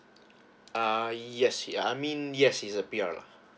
uh ya he I mean yes he is a P_R